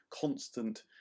constant